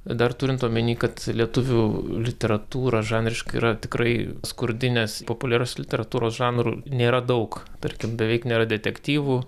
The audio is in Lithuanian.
dar turint omeny kad lietuvių literatūra žanriškai yra tikrai skurdi nes populiarios literatūros žanrų nėra daug tarkim beveik nėra detektyvų